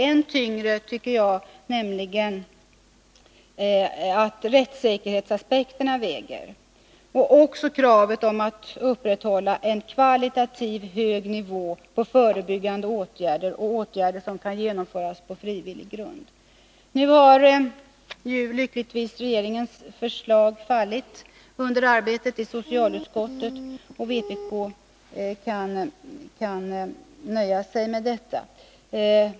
Än tyngre väger nämligen rättssäkerhetsaspekterna, tycker jag, och också kravet om att upprätthålla en kvalitativt hög nivå på förebyggande åtgärder och åtgärder Nr 52 som kan genomföras på frivillig grund. Tisdagen den Nu har ju lyckligtvis regeringens förslag fallit under arbetet i socialutskot 15 december 1981 tet, och vpk kan nöja sig med detta.